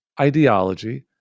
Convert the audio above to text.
ideology